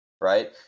right